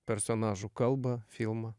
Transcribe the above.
personažų kalbą filmą